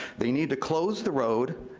they need to close the road,